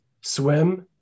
swim